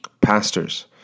pastors